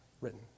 written